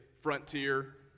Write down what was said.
frontier